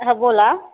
हा बोला